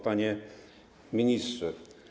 Panie Ministrze!